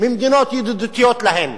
ממדינות ידידותיות להן.